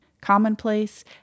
Commonplace